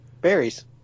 berries